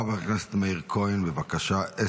חבר הכנסת מאיר כהן, בבקשה.